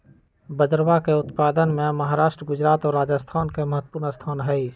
बजरवा के उत्पादन में महाराष्ट्र गुजरात और राजस्थान के महत्वपूर्ण स्थान हई